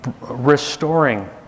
restoring